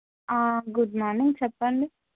good morning చెప్పండి